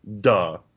duh